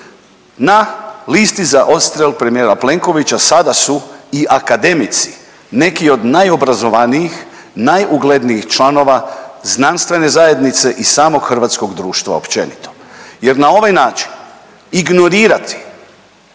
na listi za odstrel premijera Plenkovića sada su i akademici, neki od najobrazovanijih, najuglednijih članova znanstvene zajednice i samog hrvatskog društva općenito. Jer na ovaj način ignorirati